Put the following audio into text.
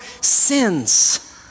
sins